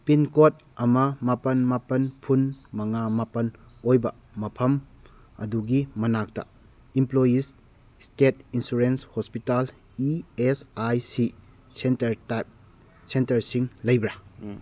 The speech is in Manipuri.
ꯄꯤꯟ ꯀꯣꯗ ꯑꯃ ꯃꯥꯄꯟ ꯃꯥꯄꯟ ꯐꯨꯟ ꯃꯉꯥ ꯃꯥꯄꯟ ꯑꯣꯏꯕ ꯃꯐꯝ ꯑꯗꯨꯒꯤ ꯃꯅꯥꯛꯇ employees state insurance hospital E S I C centre type ꯁꯦꯟꯇꯔꯁꯤꯡ ꯂꯩꯕ꯭ꯔꯥ